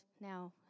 now